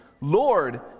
Lord